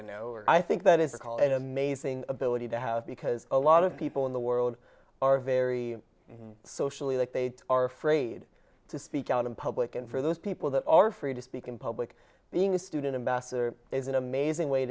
to know i think that is a call an amazing ability to have because a lot of people in the world are very socially like they are afraid to speak out in public and for those people that are free to speak in public being a student ambassador is an amazing way